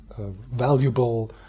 valuable